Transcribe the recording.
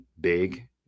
big